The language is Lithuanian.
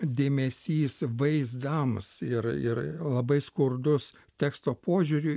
dėmesys vaizdams ir ir labai skurdus teksto požiūriu